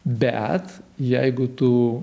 bet jeigu tu